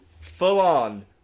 full-on